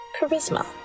charisma